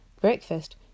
Breakfast